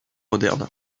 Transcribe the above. moderne